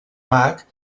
mac